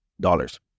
dollars